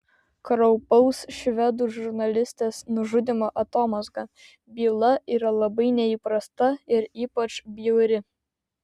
kraupaus švedų žurnalistės nužudymo atomazga byla yra labai neįprasta ir ypač bjauri